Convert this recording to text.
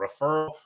referral